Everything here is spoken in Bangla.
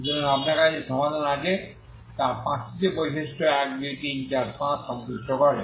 সুতরাং আপনার কাছে যে সমাধান আছে তা পাঁচটি বৈশিষ্ট্য 1 2 3 4 5 সন্তুষ্ট করে